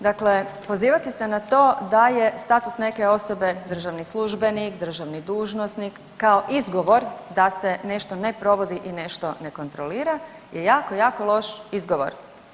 Dakle, pozivati se na to da je status neke osobe državni službenik, državni dužnosnik kao izgovor da se nešto ne provodi i nešto ne kontrolira je jako, jako loš izgovor.